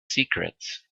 secrets